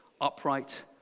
upright